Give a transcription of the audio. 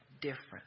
different